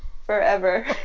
forever